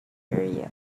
area